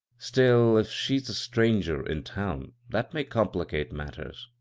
still, if she's a stranger in town, that may compli cate matters.